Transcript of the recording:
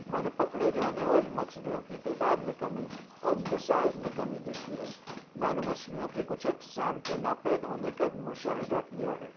میں نے پکڑے جانے والی مچھلیوں کی تعداد میں کمی اور ان کے سائز میں کمی دیکھی ہے میں نے مچھلیوں کی کچھ اقسام کے ناپید ہونے کا بھی مشاہدہ کیا ہے